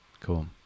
Cool